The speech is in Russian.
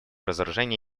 разоружения